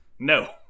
No